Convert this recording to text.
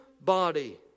body